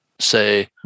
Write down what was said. say